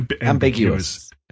Ambiguous